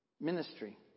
Ministry